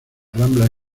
rambla